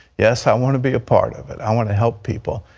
yes, i want to be a part of it. i want to help people,